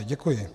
Děkuji.